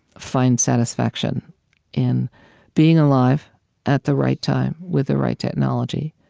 find satisfaction in being alive at the right time, with the right technology,